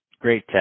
Great